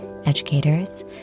educators